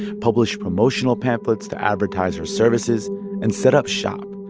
published promotional pamphlets to advertise her services and set up shop.